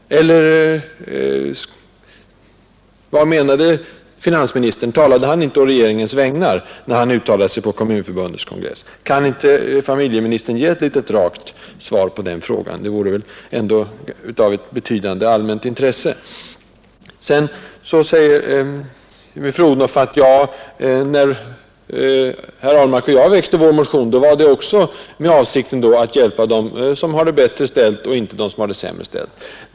Eller vad menade finansministern — talade han inte å regeringens vägnar, när han uttalade sig på Kommunförbundets kongress? Kan inte familjeministern ge ett litet rakt svar på den frågan? Det vore ändå av ett betydande allmänt intresse. Vidare säger fru Odhnoff att när herr Ahlmark och jag väckte vår motion var det ändå med avsikt att hjälpa dem som har det bättre ställt och inte dem som har det sämre ställt.